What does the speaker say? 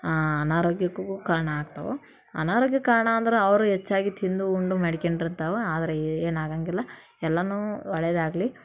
ಆಂ ಅನಾರೋಗ್ಯಕ್ಕೂ ಕಾರಣ ಆಗ್ತಾವೆ ಅನಾರೋಗ್ಯಕ್ಕೆ ಕಾರಣ ಅಂದ್ರೆ ಅವರು ಹೆಚ್ಚಾಗಿ ತಿಂದು ಉಂಡು ಮಾಡಿಕ್ಯಂಡಿರ್ತಾವೆ ಆದರೆ ಏನಾಗೋಂಗಿಲ್ಲ ಎಲ್ಲವೂ ಒಳ್ಳೆದಾಗಲಿ